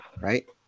right